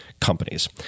companies